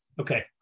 Okay